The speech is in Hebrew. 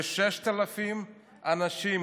ו-6,000 אנשים,